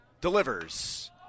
delivers